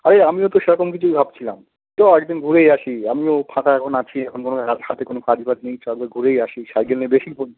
আরে আমিও তো সেরকম কিছুই ভাবছিলাম চল এক দিন ঘুরেই আসি আমিও ফাঁকা এখন আছি এখন কোনো হাতে কোনো কাজ বাজ নেই চল একবার ঘুরেই আসি সাইকেল নিয়ে বেশি